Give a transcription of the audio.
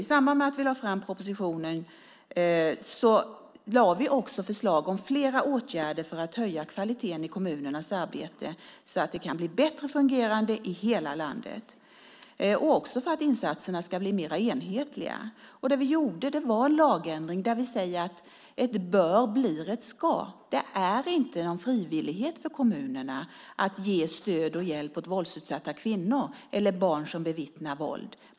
I samband med att vi lade fram propositionen lade vi också fram förslag om flera åtgärder för att höja kvaliteten i kommunernas arbete så att det kan fungera bättre i hela landet och för att insatserna ska bli mer enhetliga. Vi gjorde en lagändring där vi sade att ett bör blir ett ska . Det är inte en frivillighet för kommunerna att ge stöd och hjälp åt våldutsatta kvinnor eller barn som bevittnar våld.